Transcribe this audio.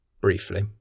Briefly